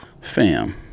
Fam